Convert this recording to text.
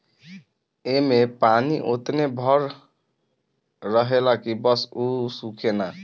ऐमे पानी ओतने भर रहेला की बस उ सूखे ना